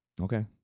Okay